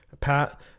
pat